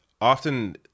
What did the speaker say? often